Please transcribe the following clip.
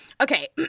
okay